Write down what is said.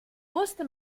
musste